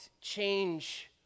change